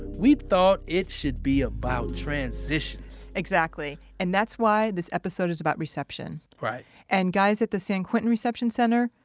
we thought it should be about transitions exactly. and that's why this episode is about reception right and guys at the san quentin reception center,